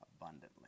abundantly